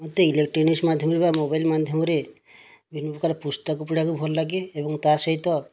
ମୋତେ ଇଲେକଟ୍ରୋନିକ୍ସ ମାଧ୍ୟମରେ ବା ମୋବାଇଲ ମାଧ୍ୟମରେ ବିଭିନ୍ନ ପ୍ରକାର ପୁସ୍ତକ ପଢ଼ିବାକୁ ଭଲଲାଗେ ଏବଂ ତା' ସହିତ